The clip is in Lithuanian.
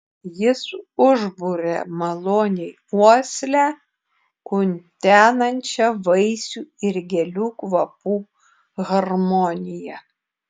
jis užburia maloniai uoslę kutenančią vaisių ir gėlių kvapų harmonija